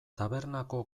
tabernako